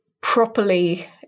properly